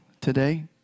today